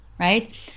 right